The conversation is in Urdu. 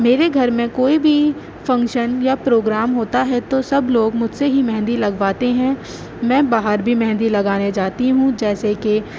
میرے گھر میں کوئی بھی فنکشن یا پروگرام ہوتا ہے تو سب لوگ مجھ سے ہی مہندی لگواتے ہیں میں باہر بھی مہندی لگانے جاتی ہوں جیسے کہ